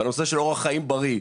בנושא של אורח חיים בריא,